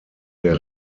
der